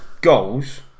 goals